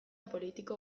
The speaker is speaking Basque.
politiko